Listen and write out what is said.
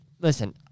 Listen